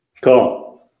Cool